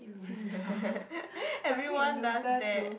everyone does that